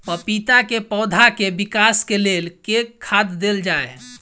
पपीता केँ पौधा केँ विकास केँ लेल केँ खाद देल जाए?